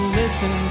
listen